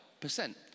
percent